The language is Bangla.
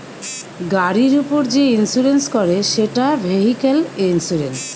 গাড়ির উপর যে ইন্সুরেন্স করে সেটা ভেহিক্যাল ইন্সুরেন্স